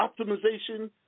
optimization